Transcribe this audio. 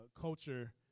culture